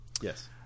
Yes